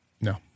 No